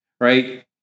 right